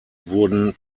wurden